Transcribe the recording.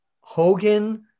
Hogan